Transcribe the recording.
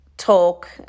talk